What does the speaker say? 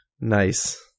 Nice